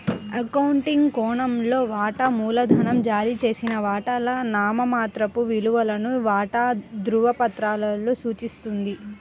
accounting కోణంలో, వాటా మూలధనం జారీ చేసిన వాటాల నామమాత్రపు విలువను వాటా ధృవపత్రాలలో సూచిస్తుంది